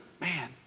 Man